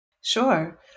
Sure